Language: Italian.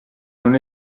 non